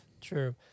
True